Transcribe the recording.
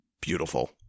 beautiful